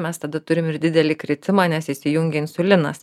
mes tada turim ir didelį kritimą nes įsijungia insulinas